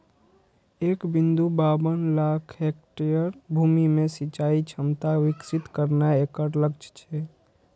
एक बिंदु बाबन लाख हेक्टेयर भूमि मे सिंचाइ क्षमता विकसित करनाय एकर लक्ष्य छै